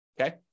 okay